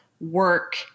work